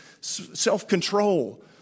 self-control